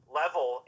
level